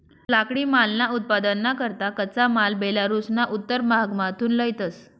लाकडीमालना उत्पादनना करता कच्चा माल बेलारुसना उत्तर भागमाथून लयतंस